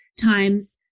times